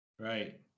Right